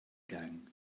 gang